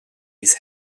his